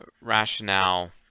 rationale